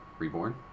Reborn